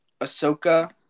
Ahsoka